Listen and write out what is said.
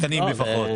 שלוש שנים לפחות.